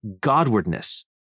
Godwardness